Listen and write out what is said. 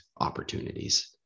opportunities